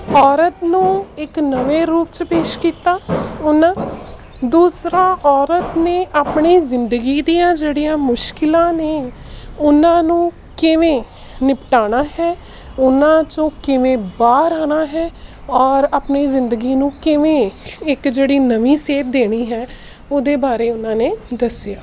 ਔਰਤ ਨੂੰ ਇੱਕ ਨਵੇਂ ਰੂਪ 'ਚ ਪੇਸ਼ ਕੀਤਾ ਉਹਨਾਂ ਦੂਸਰਾ ਔਰਤ ਨੇ ਆਪਣੀ ਜ਼ਿੰਦਗੀ ਦੀਆਂ ਜਿਹੜੀਆਂ ਮੁਸ਼ਕਿਲਾਂ ਨੇ ਉਹਨਾਂ ਨੂੰ ਕਿਵੇਂ ਨਿਪਟਾਉਣਾ ਹੈ ਉਹਨਾਂ ਚੋਂ ਕਿਵੇਂ ਬਾਹਰ ਆਉਣਾ ਹੈ ਔਰ ਆਪਣੀ ਜਿੰਦਗੀ ਨੂੰ ਕਿਵੇਂ ਇੱਕ ਜਿਹੜੀ ਨਵੀਂ ਸੇਧ ਦੇਣੀ ਹੈ ਉਹਦੇ ਬਾਰੇ ਉਹਨਾਂ ਨੇ ਦੱਸਿਆ